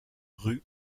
rue